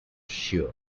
sure